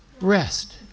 rest